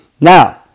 Now